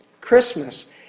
Christmas